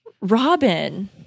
Robin